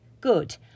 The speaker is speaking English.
Good